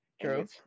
True